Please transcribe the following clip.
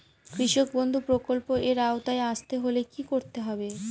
কৃষকবন্ধু প্রকল্প এর আওতায় আসতে হলে কি করতে হবে?